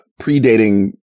predating